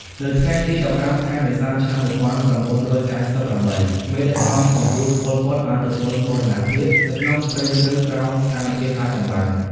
នៅថ្ងៃទី១៥ ខែមេសា ឆ្នាំ១៩៩៨ មេដឹកនាំកំពូល ប៉ុល ពត បានទទួលមរណភាពនៅក្នុងព្រៃជ្រៅក្រោមស្ថានភាពអាថ៌កំបាំង។